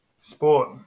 Sport